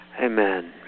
Amen